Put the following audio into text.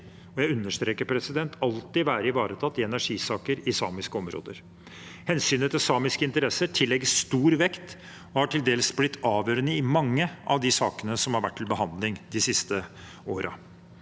og jeg understreker: alltid – være ivaretatt i energisaker i samiske områder. Hensynet til samiske interesser tillegges stor vekt og har til dels blitt avgjørende i mange av de sakene som har vært til behandling de siste årene.